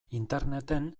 interneten